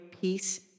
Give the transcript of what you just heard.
peace